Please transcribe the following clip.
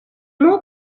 more